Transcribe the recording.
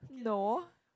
no